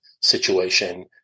situation